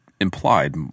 implied